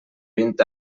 vint